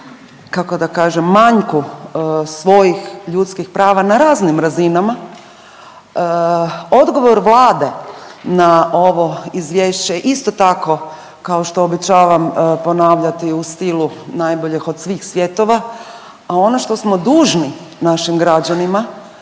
kako da kažem, manjku svojih ljudskih prava na raznim razinama. Odgovor Vlade na ovo Izvješće je isto tako kao što običavam ponavljati u stilu najboljeg od svih svjetova, a ono što smo dužni našim građanima,